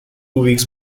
weeks